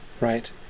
right